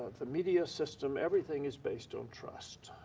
the media system, everything is based on trust.